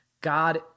God